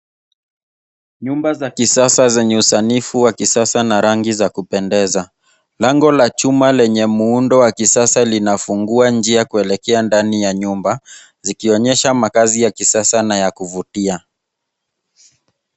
Nyumba za kisasa zenye usanifu wa kisasa na rangi za kupendeza. Lango la chuma lenye muundo wa kisasa linafungua njia kuelekea ndani ya nyumba zikionyesha makaazi ya kisasa na ya kuvutia.